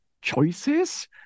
choices